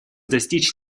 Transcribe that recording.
достичь